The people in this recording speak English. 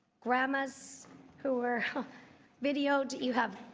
grandmas who were videoed. you have